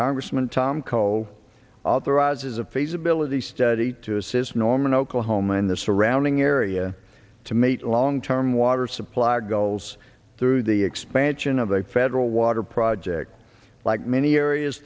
congressman tom cole authorizes a feasibility study to assist norman oklahoma and the surrounding area to meet long term water supply goals through the expansion of the federal water project like